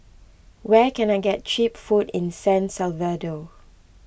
where can I get Cheap Food in San Salvador